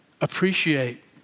appreciate